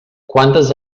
quantes